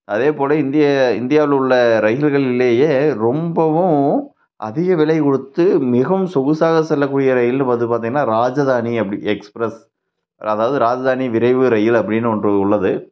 அதே போல இந்திய இந்தியாவில் உள்ள ரயிலுகள்லேயே ரொம்பவும் அதிக விலை கொடுத்து மிகவும் சொகுசாக செல்லக்கூடிய ரயில் வந்து பார்த்திங்கன்னா ராஜதானி அப்படி எக்ஸ்பிரஸ் ரா அதாவது ராஜதானி விரைவு ரயில் அப்படின்னு ஒன்று உள்ளது